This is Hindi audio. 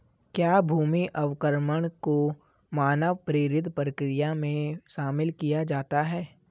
क्या भूमि अवक्रमण को मानव प्रेरित प्रक्रिया में शामिल किया जाता है?